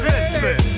Listen